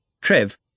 Trev